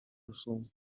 rusumo